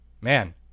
Man